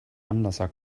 anlasser